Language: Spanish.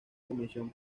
comisión